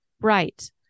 Right